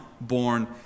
born